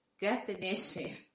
definition